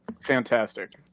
Fantastic